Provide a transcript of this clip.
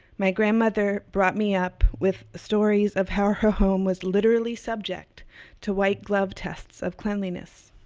my grandmother brought me up with stories of how her home was literally subject to white-gloved tests of cleanliness.